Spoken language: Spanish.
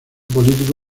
político